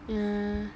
yeah